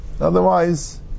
Otherwise